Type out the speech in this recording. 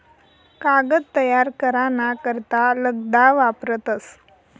कागद तयार करा ना करता लगदा वापरतस